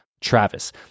Travis